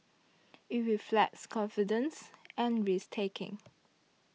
it reflects confidence and risk taking